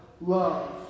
love